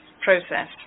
process